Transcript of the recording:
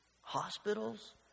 hospitals